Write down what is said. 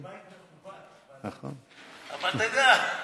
זה בית מכובד, אבל, אתה יודע.